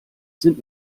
sind